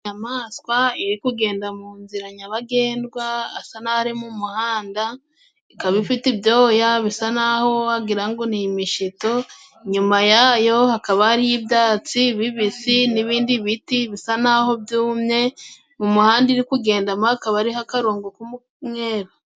Inyayamaswa iri kugenda mu nzira nyabagendwa asa n'aho ari mu muhanda, ikaba ifite ibyoya bisa n'aho wagira ngo ni imishito. Inyuma yayo hakaba hariho ibyatsi bibisi n'ibindi biti bisa n'aho byumye. Mu muhanda iri kugendamo, hakaba hariho akarongo k'umweru.